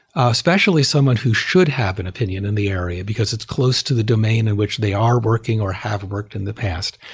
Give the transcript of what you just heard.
especially someone who should have an opinion in the area, because it's close to the domain in which they are working or have worked in the past.